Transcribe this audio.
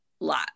lot